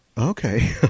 Okay